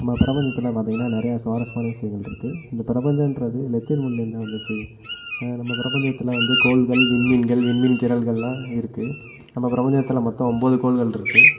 நம் பிரபஞ்சத்தில் பார்த்தீங்கனா நிறையா சுவாரஸ்யமான விஷயங்களிருக்கு இந்த பிரபஞ்சன்றது லத்தின் மொழிலேருந்து தான் வந்துச்சு நம் பிரபஞ்சத்தில் வந்து கோள்கள் விண்மீன்கள் விண்மீன் திரள்களெலாம் இருக்குது நம்ப பிரபஞ்சத்தில் மொத்தம் ஒன்போது கோள்கள் இருக்குது